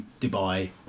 Dubai